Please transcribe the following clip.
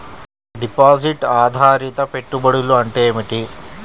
Deposit ఆధారిత పెట్టుబడులు అంటే ఏమిటి?